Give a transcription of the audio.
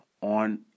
on